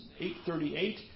8.38